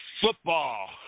Football